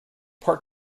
part